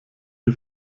die